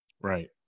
right